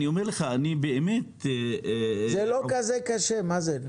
זה לא שזה קשה, מאזן.